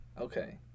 Okay